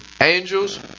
Angels